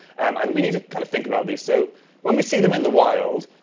and we needs to kind of think about these. so when we see them in the wild,